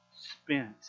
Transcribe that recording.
spent